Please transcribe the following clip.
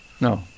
No